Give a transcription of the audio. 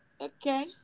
okay